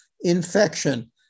infection